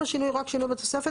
אם השינוי הוא רק שינוי בתוספת,